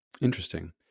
Interesting